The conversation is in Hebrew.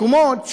מקומות,